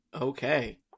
Okay